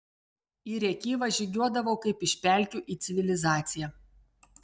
į rėkyvą žygiuodavau kaip iš pelkių į civilizaciją